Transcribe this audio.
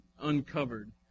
uncovered